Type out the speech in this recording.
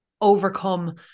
overcome